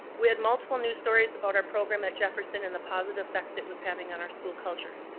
we had multiple news stories about our program at jefferson, and the positive effects it was having on our school culture.